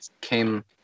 came